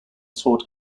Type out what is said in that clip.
sought